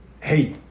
hey